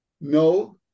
no